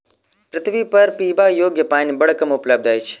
पृथ्वीपर पीबा योग्य पानि बड़ कम उपलब्ध अछि